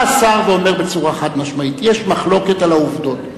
בא השר ואומר בצורה חד-משמעית: יש מחלוקת על העובדות.